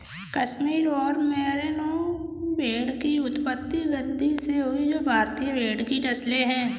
कश्मीर और मेरिनो भेड़ की उत्पत्ति गद्दी से हुई जो भारतीय भेड़ की नस्लें है